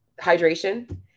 Hydration